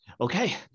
Okay